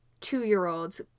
two-year-olds